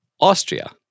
Austria